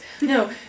No